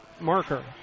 Marker